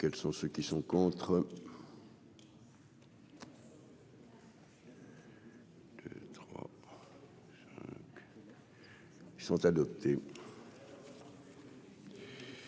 Quels sont ceux qui sont contre. Ils sont adoptés.